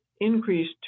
increased